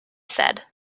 said